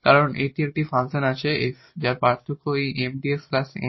কারণ একটি ফাংশন আছে f যার পার্থক্য এই 𝑀𝑑𝑥 𝑁𝑑𝑦